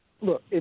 Look